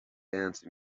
dance